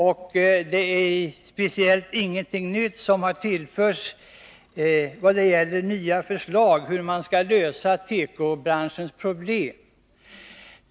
Men det är inget speciellt nytt som har tillförts vad gäller förslag om hur man skall lösa tekobranschens problem.